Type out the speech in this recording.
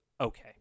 okay